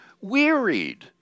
wearied